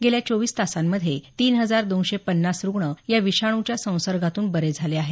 गेल्या चोवीस तासांमधे तीन हजार दोनशे पन्नास रुग्ण या विषाणूच्या संसर्गातून बरे झाले आहेत